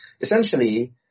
Essentially